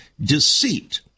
deceit